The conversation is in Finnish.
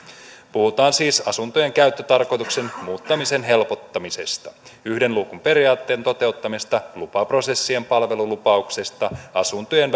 puhutaan siis asuntojen käyttötarkoituksen muuttamisen helpottamisesta yhden luukun periaatteen toteuttamisesta lupaprosessien palvelulupauksesta asuntojen